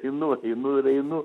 einu vat einu ir einu